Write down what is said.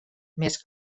més